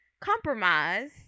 compromise